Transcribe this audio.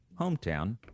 hometown